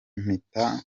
mpitamo